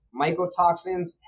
mycotoxins